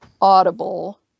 audible